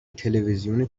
تلوزیون